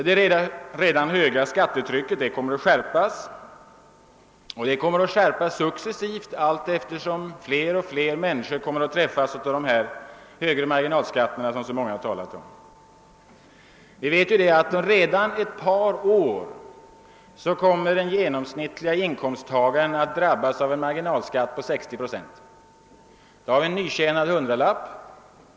Det redan höga skattetrycket kommer att skärpas ytterligare, allteftersom fler och fler människor träffas av de högre marginalskatter som det här har talats så mycket om. Redan om ett par år kommer den genomsnittlige inkomsttagaren att drabbas av en marginalskatt på 60 procent. Av en extra intjänad hundralapp, d,v.s.